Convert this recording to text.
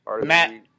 Matt